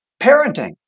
parenting